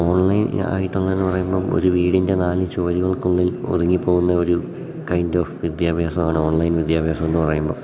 online ആയിട്ടെന്ന് പറയുമ്പം ഒരു വീടിൻ്റെ നാല് ചുമരുകൾക്കുള്ളിൽ ഒതുങ്ങി പോകുന്ന ഒരു കൈൻഡ് ഓഫ് വിദ്യാഭ്യാസമാണ് ഓൺലൈൻ വിദ്യാഭ്യാസം എന്ന് പറയുമ്പം